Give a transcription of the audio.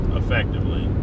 effectively